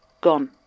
Gone